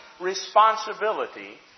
responsibility